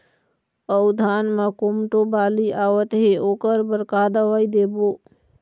अऊ धान म कोमटो बाली आवत हे ओकर बर का दवई देबो?